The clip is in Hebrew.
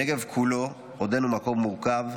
הנגב כולו עודנו מקום מורכב.